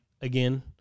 again